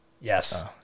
Yes